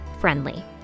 friendly